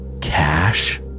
cash